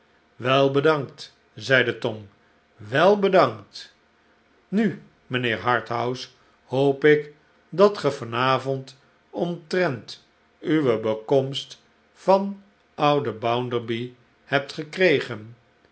wel bedankt zeide tom wel bedankt nu mijnheer harthouse hoop ik dat ge van avond omtrent uw bekomst van ouden bounderby hebt gekregen